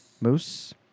Moose